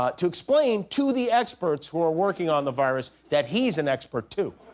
but to explain to the experts who are working on the virus that he's an expert too.